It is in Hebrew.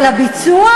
אבל הביצוע,